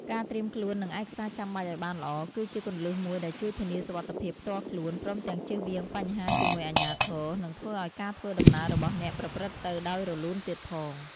ការត្រៀមខ្លួន និងឯកសារចាំបាច់ឲ្យបានល្អ គឺជាគន្លឹះមួយដែលជួយធានាសុវត្ថិភាពផ្ទាល់ខ្លួន ព្រមទាំងជៀសវាងបញ្ហាជាមួយអាជ្ញាធរ និងធ្វើឲ្យការធ្វើដំណើររបស់អ្នកប្រព្រឹត្តទៅដោយរលូនទៀតផង។